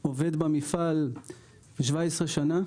אני עובד במפעל כבר 17 שנים.